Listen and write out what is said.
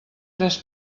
tres